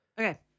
Okay